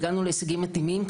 הגענו להישגים מדהימים.